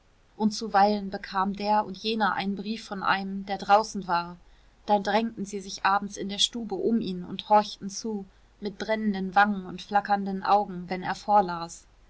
und zuweilen bekam der und jener einen brief von einem der draußen war dann drängten sie sich abends in der stube um ihn und horchten zu mit brennenden wangen und flackernden augen wenn er vorlas